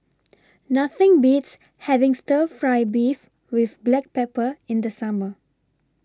Nothing Beats having Stir Fry Beef with Black Pepper in The Summer